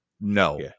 no